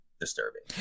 disturbing